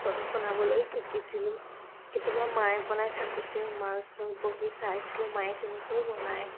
বনাবলৈ শিকিছিলো কেতিয়াবা মায়ে বনাই থাকোতেও মাৰ ওচৰত বহি চাইছিলো মায়ে কেনেকৈ বনায়